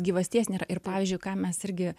gyvasties nėra ir pavyzdžiui ką mes irgi